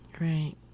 Right